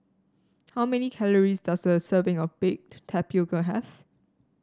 how many calories does a serving of Baked Tapioca have